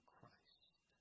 Christ